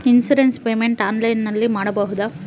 Insurance payment ಆನ್ಲೈನಿನಲ್ಲಿ ಮಾಡಬಹುದಾ?